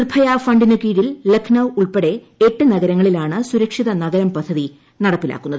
നിർഭയഫണ്ടിനു കീഴിൽ ലക്നൌ ഉൾപ്പെടെ എട്ടു നഗരങ്ങളിലാണ് സുരക്ഷിത നഗരം പദ്ധതി നടപ്പിലാക്കുന്നത്